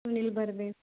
Sunil Barve